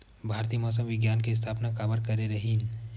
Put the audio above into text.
भारती मौसम विज्ञान के स्थापना काबर करे रहीन है?